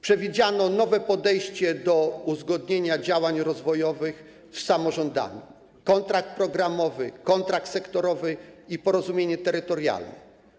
Przewidziano nowe podejście do uzgodnienia działań rozwojowych z samorządami: kontrakt programowy, kontrakt sektorowy i porozumienie terytorialne.